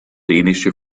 dänische